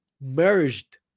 merged